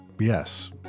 Yes